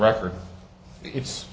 record it's